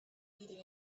leading